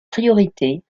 priorités